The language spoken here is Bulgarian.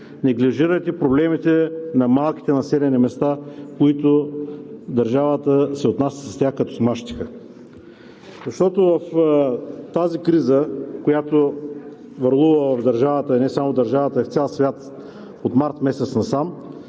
неглижирате проблемите на малките населени места, с които държавата се отнася като с мащеха. Защото в тази криза, която върлува в държавата – и не само в държавата, а в цял свят от месец март насам,